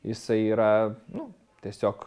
jisai yra nu tiesiog